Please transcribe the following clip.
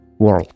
World